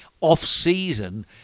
off-season